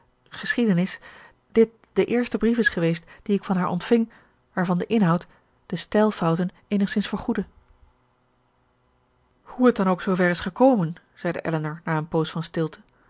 geschiedenis dit de eerste brief is geweest dien ik van haar ontving waarvan de inhoud de stijlfouten eenigszins vergoedde hoe het dan ook zoover is gekomen zeide elinor na een poos van stilte